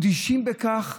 הוא עוד האשים בכך,